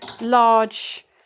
large